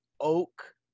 oak